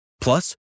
Plus